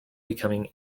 becoming